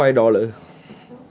two for five dollar